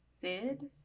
Sid